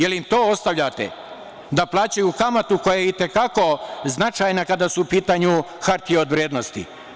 Da li im ostavljate da plaćaju kamatu koja je i te kako značajna kada su u pitanju hartije od vrednosti?